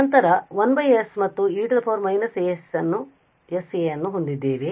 ನಂತರ ನಾವು 1s ಮತ್ತು e−sa ಅನ್ನು ಹೊಂದಿದ್ದೇವೆ